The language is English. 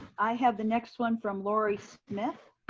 i have the next one from laurie smith.